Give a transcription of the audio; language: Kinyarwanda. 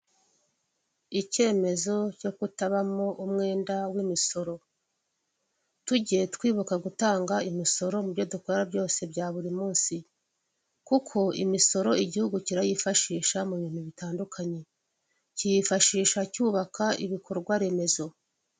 Ikemezo cyo kutabamo umwenda w'imisoro. Tujye twibuka gutanga imisoro mu byo dukora byose byaburi munsi. Kuko imisoro igihugu kirayifashisha mu bintu bitandukanye. Kiyifashisha cy'ubaka ibikorwaremezo.